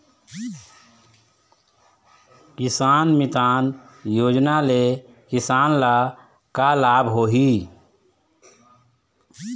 किसान मितान योजना ले किसान ल का लाभ होही?